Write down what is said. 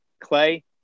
Clay